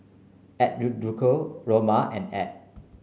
Eduardo Roma and Ebb